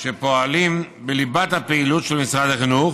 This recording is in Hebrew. שפועלים בליבת הפעילות של משרד החינוך,